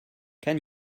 can